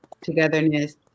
togetherness